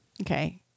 Okay